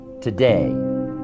today